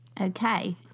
okay